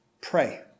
pray